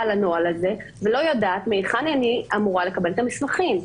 לנוהל הזה ולא יודעת מהיכן אני אמורה לקבל את המסמכים.